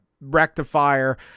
rectifier